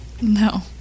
No